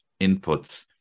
inputs